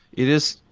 it is,